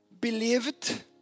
believed